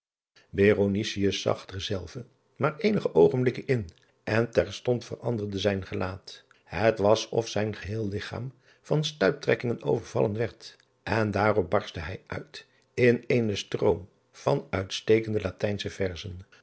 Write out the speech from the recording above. zag dezelve maar eenige oogenblikken in en terstond veranderde zijn gelaat het was of zijn geheel ligchaam van stuiptrekkingen overvallen werd en daarop barstte hij uit in eenen stroom van uitstekende atijnsche ver